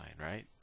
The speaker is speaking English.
right